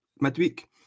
midweek